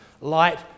Light